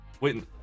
wait